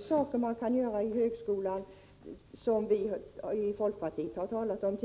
saker som man kan göra på högskoleområdet.